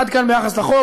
עד כאן ביחס לחוק.